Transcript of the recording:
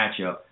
matchup